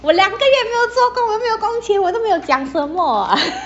我两个月没有做工我没有工钱我都没有讲什么啊